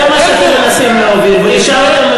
זה מה שאתם מנסים להוביל בעולם,